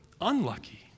unlucky